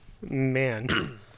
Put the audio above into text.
Man